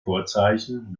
vorzeichen